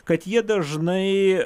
kad jie dažnai